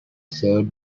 served